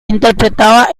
interpretaba